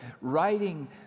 writing